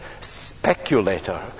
speculator